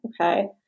Okay